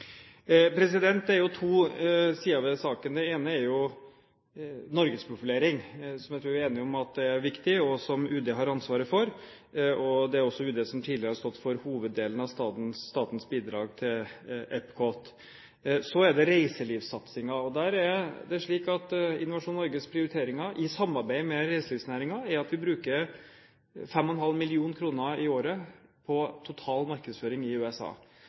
Det er to sider ved denne saken. Det ene er norgesprofilering, som jeg tror vi er enige om at er viktig, og som UD har ansvaret for. Det er også UD som tidligere har stått for hoveddelen av statens bidrag til Epcot. Så er det reiselivssatsingen, og der er det slik at Innovasjon Norges prioriteringer i samarbeid med reiselivsnæringen er at vi bruker 5,5 mill. kr i året på total markedsføring i USA.